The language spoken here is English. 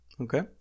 Okay